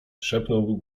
szepnął